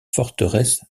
forteresse